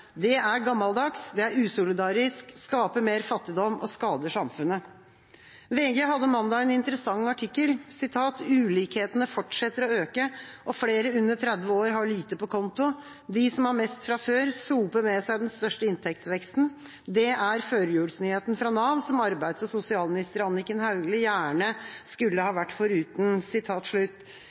Det er ikke moderne. Det er gammeldags, usolidarisk, skaper mer fattigdom og skader samfunnet. VG hadde mandag en interessant artikkel: «Ulikhetene fortsetter å øke, og flere under 30 år har lite på konto. De som har mest fra før, soper med seg den største inntektsveksten. Det er førjulsnyheten fra NAV som arbeids- og sosialminister Anniken Hauglie gjerne skulle ha vært foruten.»